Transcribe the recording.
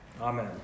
Amen